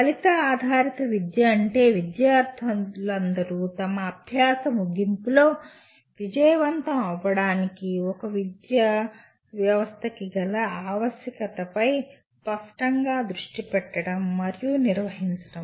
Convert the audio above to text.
ఫలిత ఆధారిత విద్య అంటే విద్యార్ధులందరూ తమ అభ్యాస ముగింపులో విజయవంతం అవ్వడానికి ఒక విద్యా వ్యవస్థకి గల ఆవశ్యత లపై స్పష్టంగా దృష్టి పెట్టడం మరియు నిర్వహించడం